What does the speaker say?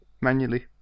manually